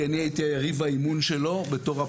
גם כשהן רוצות לא עושים עם זה כלום.